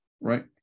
right